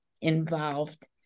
involved